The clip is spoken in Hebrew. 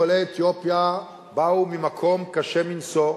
אחינו עולי אתיופיה באו ממקום קשה מנשוא,